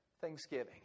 thanksgiving